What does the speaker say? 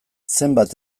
zenbat